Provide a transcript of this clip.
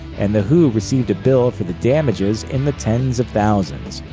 and the who received a bill for the damages in the tens of thousands.